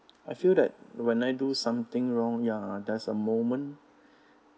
I feel that when I do something wrong ya there's a moment